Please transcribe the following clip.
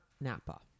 Napa